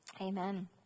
Amen